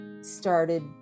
started